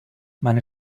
meine